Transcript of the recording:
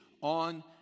on